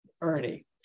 Ernie